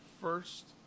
first